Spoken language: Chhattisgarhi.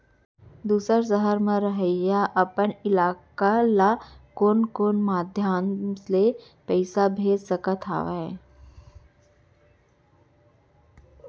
दूसर सहर म रहइया अपन लइका ला कोन कोन माधयम ले पइसा भेज सकत हव?